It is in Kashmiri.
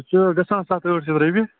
سُہ حظ گژھان سَتھ ٲٹھ شَتھ رۄپیہِ